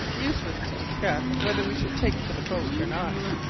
useless to discuss whether we should take to the boat or not.